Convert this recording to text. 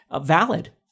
valid